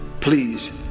Please